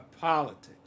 politics